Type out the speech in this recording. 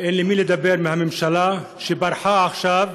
אין עם מי לדבר בממשלה שברחה עכשיו.